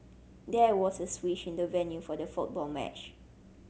there was a switch in the venue for the football match